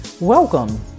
Welcome